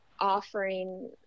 offering